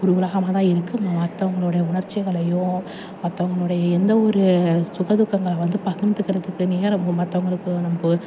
ஒரு உலகமாக தான் இருக்குது மற்றவங்களுடைய உணர்ச்சிகளையும் மற்றவங்களுடைய எந்த ஒரு சுக துக்கங்கள வந்து பகிர்ந்துக்கிறதுக்கு நேரமும் மற்றவங்களுக்கு நம்ம